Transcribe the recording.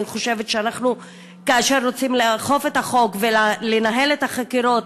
אני חושבת שכאשר אנחנו רוצים לאכוף את החוק ולנהל את החקירות,